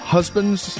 Husbands